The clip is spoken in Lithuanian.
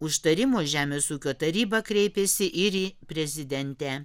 užtarimo žemės ūkio taryba kreipėsi ir į prezidentę